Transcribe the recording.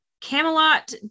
camelot